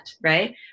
right